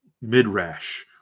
midrash